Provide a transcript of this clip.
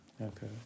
Okay